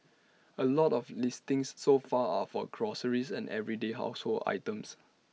A lot of the listings so far are for groceries and everyday household items